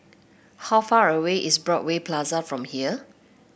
how far away is Broadway Plaza from here